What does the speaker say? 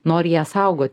nori ją saugo